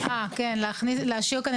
גם כן הועבר כבר להערות והשגות,